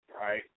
right